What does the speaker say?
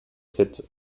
kids